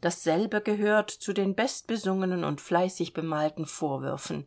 dasselbe gehört zu den bestbesungenen und fleißigst bemalten vorwürfen